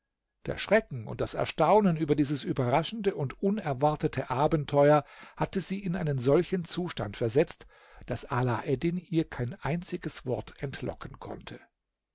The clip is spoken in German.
der schrecken und das erstaunen über dieses überraschende und unerwartete abenteuer hatte sie in einen solchen zustand versetzt daß alaeddin ihr kein einziges wort entlocken konnte